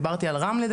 דיברתי על רמלה,